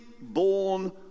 born